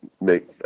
make